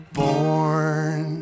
born